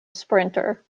sprinter